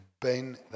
Ben